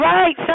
Right